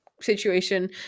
situation